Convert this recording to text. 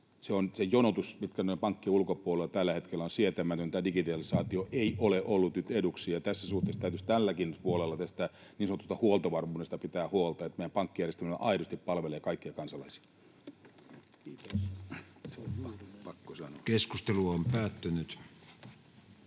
Se jonotus, mikä on pankkien ulkopuolella tällä hetkellä, on sietämätöntä. Digitalisaatio ei ole ollut nyt eduksi, ja tässä suhteessa täytyisi tälläkin puolella tästä niin sanotusta huoltovarmuudesta pitää huolta, että meidän pankkijärjestelmä aidosti palvelee kaikkia kansalaisia. [Speech 38] Speaker: Matti